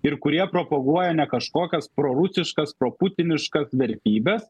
ir kurie propaguoja ne kažkokias prorusiškas pro putiniškas vertybes